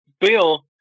Bill